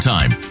Time